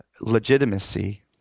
legitimacy